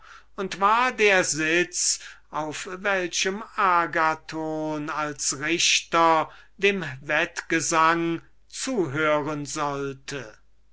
und war der sitz auf welchem agathon als richter den wettgesang hören sollte